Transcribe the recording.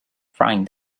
frying